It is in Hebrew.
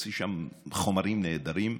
ומוצא שם חומרים נהדרים.